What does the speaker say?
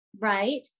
right